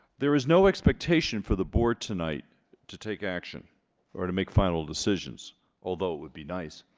there is no expectation for the board tonight to take action or to make final decisions although it would be nice